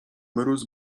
mróz